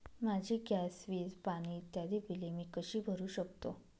माझी गॅस, वीज, पाणी इत्यादि बिले मी कशी भरु शकतो?